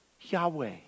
Yahweh